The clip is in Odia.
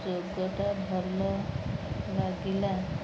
ଯୋଗଟା ଭଲ ଲାଗିଲା